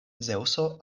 zeŭso